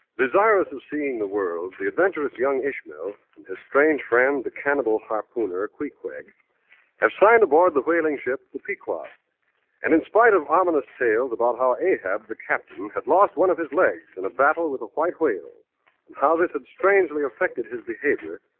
desirous of seeing the world the adventurous young ishmael and his strange friend the cannibal harpoon or ah queequeg have signed aboard the whaling ship the pequod and in spite of ominous tales about how a the captain had lost one of his legs in and a battle with a white whale how this had strangely affected his behavior.